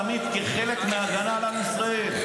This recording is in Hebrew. תמיד כחלק מהגנה על עם ישראל,